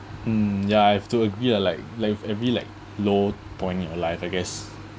mm ya I have to agree lah like like every like low point in your life I guess